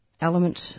element